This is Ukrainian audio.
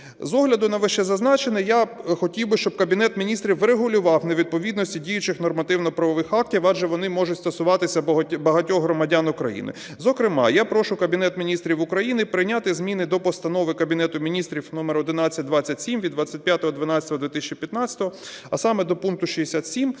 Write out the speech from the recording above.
З огляду на вищезазначене я хотів би, щоб Кабінет Міністрів врегулював невідповідності діючих нормативно-правових актів, адже вони можуть стосуватися багатьох громадян України. Зокрема я прошу Кабінет Міністрів України прийняти зміни до Постанови Кабінету Міністрів номер 1127 від 25.12.2015, а саме до пункту 67,